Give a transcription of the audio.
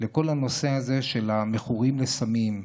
לכל הנושא הזה של המכורים לסמים,